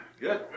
Good